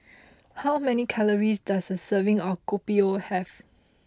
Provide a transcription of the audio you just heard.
how many calories does a serving of Kopi O have